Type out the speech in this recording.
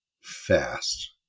fast